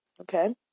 Okay